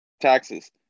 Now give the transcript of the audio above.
taxes